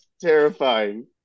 terrifying